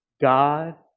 God